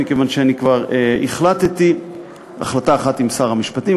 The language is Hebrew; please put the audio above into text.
מכיוון שאני כבר החלטתי החלטה אחת עם שר המשפטים,